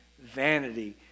vanity